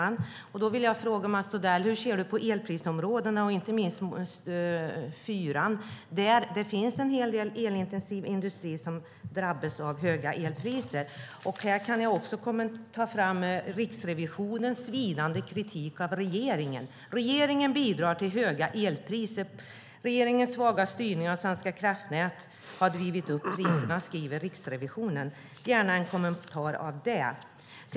Jag vill ställa en fråga till Mats Odell: Hur ser du på elprisområdena och inte minst på område 4 där det finns en hel del elintensiv industri som drabbas av höga elpriser? Här kan jag också ta fram Riksrevisionens svidande kritik av regeringen, som skriver följande: Regeringen bidrar till höga elpriser. Regeringens svaga styrning av Svenska Kraftnät har drivit upp priserna. Jag skulle vilja ha en kommentar till det.